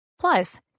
Plus